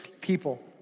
people